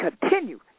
continue